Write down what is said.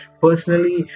personally